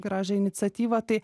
gražią iniciatyvą tai